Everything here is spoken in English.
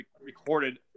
recorded